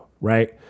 right